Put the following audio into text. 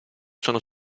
sono